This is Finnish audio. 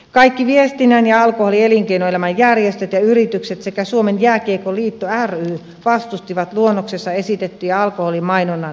kaikki viestinnän ja alkoholielinkeinoelämän järjestöt ja yritykset sekä suomen jääkiekkoliitto ry vastustivat luonnoksessa esitettyjä alkoholimainonnan rajoituksia